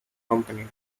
company